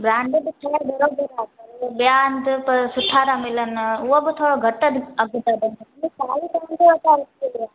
brand बि थोड़ा ॿिया हंधि त सुठा था मिलनि उअ बि थोरो घटि अघि था ॾियनि